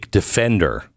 defender